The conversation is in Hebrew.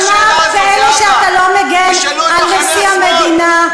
אבל מה הפלא שאתה לא מגן על נשיא המדינה,